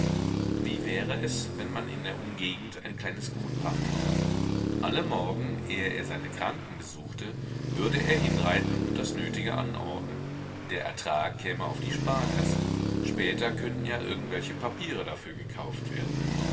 wie wäre es wenn man in der umgegend ein kleines gut pachtete alle morgen ehe er seine kranken besuchte würde er hinreiten und das nötige anordnen der ertrag käme auf die sparkasse später könnten ja irgendwelche papiere dafür gekauft werden